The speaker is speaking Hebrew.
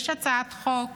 יש הצעת חוק